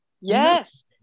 Yes